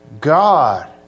God